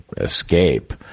escape